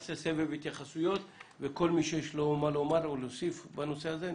נעשה סבב וכל מי שירצה לדבר יאמר את דברו.